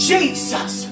Jesus